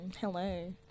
hello